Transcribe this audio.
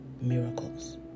miracles